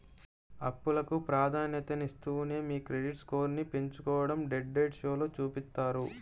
అప్పులకు ప్రాధాన్యతనిస్తూనే మీ క్రెడిట్ స్కోర్ను పెంచుకోడం డెట్ డైట్ షోలో చూపిత్తారు